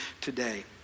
today